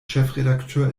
chefredakteur